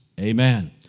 Amen